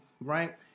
Right